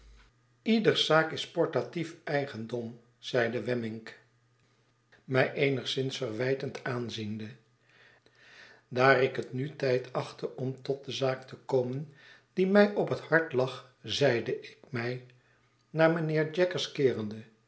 ieders zaak is portatief eigendom zeide wemmick mij eenigszins verwijtend aanziende daar ik het nu tijd achtte om tot de zaak te komen die mij op het hart lag zeide ik mij naar mijnheer jaggers keerende